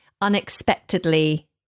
unexpectedly